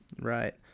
Right